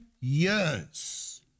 years